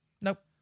Nope